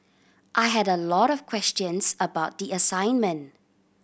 I had a lot of questions about the assignment